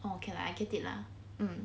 oh okay I get it lah